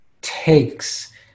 takes